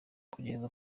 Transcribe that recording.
kugerageza